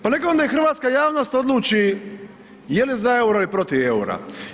Pa nek onda i hrvatska javnost odluči je li za euro i protiv eura.